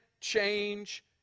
change